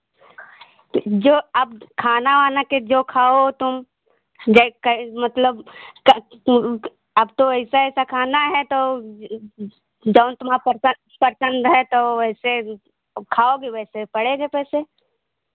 तो जो अब खाना वाना के जो खाओ तुम जै कै मतलब कै अब तो ऐसा ऐसा खाना है तो जौन तुम्हरा पस् पसंद है तो वैसे और खाओगे वैसे पड़ेगे पैसे